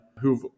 who've